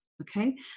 okay